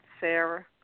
Sarah